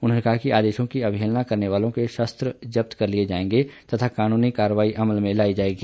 उन्होंने कहा इन आदेशों की अवहेलना करने वालों के शस्त्र जब्त कर लिए जाएंगे तथा कानूनी कार्रवाई अमल में लाई जाएगी